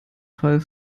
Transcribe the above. fall